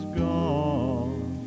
gone